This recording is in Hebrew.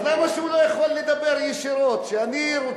אז למה הוא לא יכול לדבר ישירות, שאני רוצה,